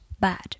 bad